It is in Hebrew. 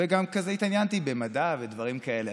וגם התעניינתי במדע ודברים כאלה.